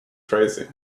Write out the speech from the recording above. tracy